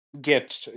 get